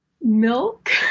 milk